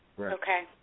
Okay